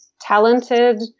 talented